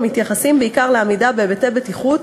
המתייחסים בעיקר לעמידה בהיבטי בטיחות